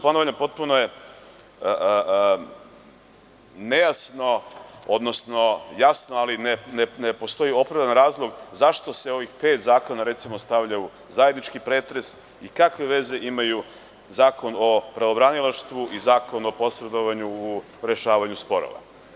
Ponavljam, potpuno je nejasno, odnosno jasno, ali ne postoji opravdan razlog zašto se ovih pet zakona stavljaju u zajednički pretres i kakve veze imaju Zakon o pravobranilaštvu i Zakon o posredovanju u rešavanju sporova.